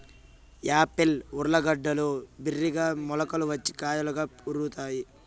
Apple ఊర్లగడ్డలు బిరిగ్గా మొలకలు వచ్చి కాయలుగా ఊరుతాయి